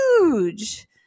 huge